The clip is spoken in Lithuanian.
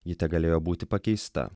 ji tegalėjo būti pakeista